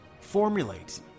Formulate